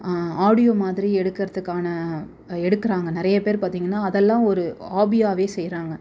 audio மாதிரி எடுக்கிறதுக்கான எடுக்கிறாங்க நிறைய பேர் பார்த்தீங்கன்னா அதெல்லாம் ஒரு ஹாபியாகவே செய்கிறாங்க